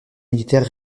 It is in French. militaire